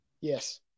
yes